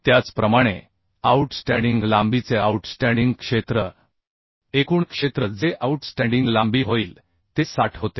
त्याचप्रमाणे आऊटस्टँडिंग लांबीचे आऊटस्टँडिंग क्षेत्र एकूण क्षेत्र जे आउटस्टँडिंग लांबी होईल ते 60 होते